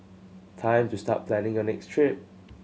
time to start planning a next trip